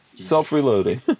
self-reloading